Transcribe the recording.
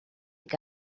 que